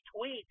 tweet